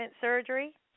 surgery